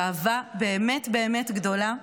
גאווה באמת באמת גדולה.